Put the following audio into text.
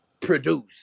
Produce